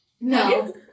No